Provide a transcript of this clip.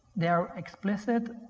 they are explicit.